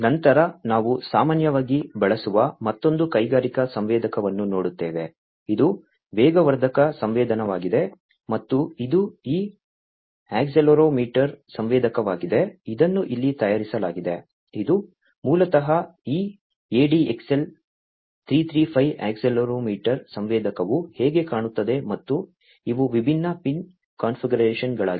ನಂತರ ನಾವು ಸಾಮಾನ್ಯವಾಗಿ ಬಳಸುವ ಮತ್ತೊಂದು ಕೈಗಾರಿಕಾ ಸಂವೇದಕವನ್ನು ನೋಡುತ್ತೇವೆ ಇದು ವೇಗವರ್ಧಕ ಸಂವೇದಕವಾಗಿದೆ ಮತ್ತು ಇದು ಈ ಅಕ್ಸೆಲೆರೊಮೀಟರ್ ಸಂವೇದಕವಾಗಿದೆ ಇದನ್ನು ಇಲ್ಲಿ ತೋರಿಸಲಾಗಿದೆ ಇದು ಮೂಲತಃ ಈ ADXL335 ಅಕ್ಸೆಲೆರೊಮೀಟರ್ ಸಂವೇದಕವು ಹೇಗೆ ಕಾಣುತ್ತದೆ ಮತ್ತು ಇವು ವಿಭಿನ್ನ ಪಿನ್ ಕಾನ್ಫಿಗರೇಶನ್ಗಳಾಗಿವೆ